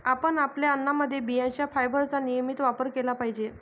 आपण आपल्या अन्नामध्ये बियांचे फायबरचा नियमित वापर केला पाहिजे